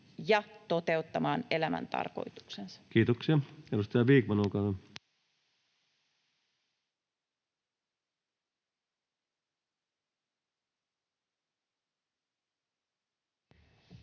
ja toteuttamaan elämän tarkoituksensa. Kiitoksia. — Edustaja Vikman, olkaa